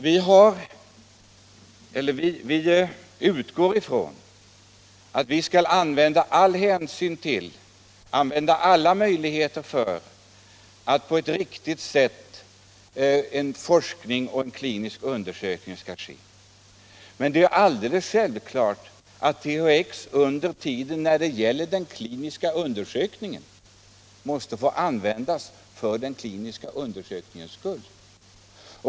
Vi utgår från att vi skall använda alla möjligheter för att forskning och klinisk undersökning skall kunna ske på ett riktigt sätt. Det är alldeles självklart att THX måste få användas för den kliniska undersökningens skull.